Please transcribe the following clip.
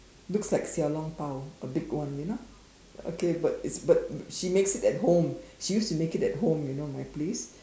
looks like Xiao Long Bao a big one you know okay but it's but she makes it at home she used to make it at home you know at my place